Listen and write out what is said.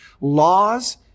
Laws